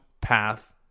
path